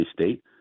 state